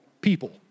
people